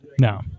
No